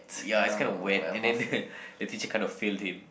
ya it's kinda wet and then the the teacher kinda failed him